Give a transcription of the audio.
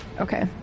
Okay